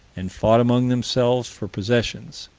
and fought among themselves for possession,